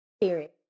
Period